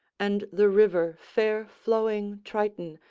and the river fair-flowing triton,